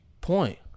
point